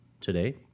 today